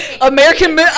American